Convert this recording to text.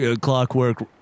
clockwork